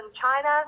China